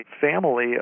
family